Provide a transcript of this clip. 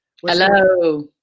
hello